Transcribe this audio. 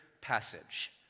passage